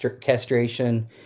castration